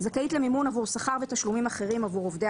"זכאית למימון עבור שכר ותשלומים אחרים עבור עובדי